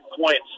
points